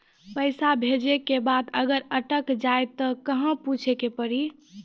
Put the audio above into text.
पैसा भेजै के बाद अगर अटक जाए ता कहां पूछे के पड़ी?